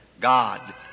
God